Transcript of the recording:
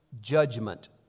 judgment